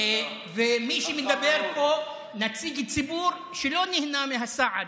מי שמדבר פה זה נציג ציבור שלא נהנה מהסעד